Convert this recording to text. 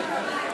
בבקשה.